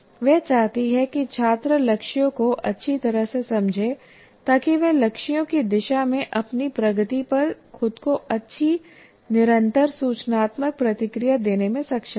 वह चाहती हैं कि छात्र लक्ष्यों को अच्छी तरह से समझें ताकि वे लक्ष्यों की दिशा में अपनी प्रगति पर खुद को अच्छी निरंतर सूचनात्मक प्रतिक्रिया देने में सक्षम हों